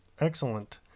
Excellent